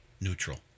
neutral